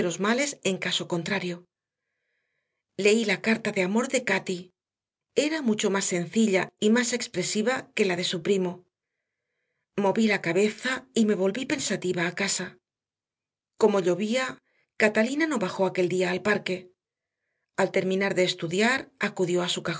males en caso contrario leí la carta de amor de cati era mucho más sencilla y más expresiva que la de su primo moví la cabeza y me volví pensativa a casa como llovía catalina no bajó aquel día al parque al terminar de estudiar acudió a su cajón